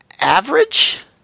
average